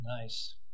Nice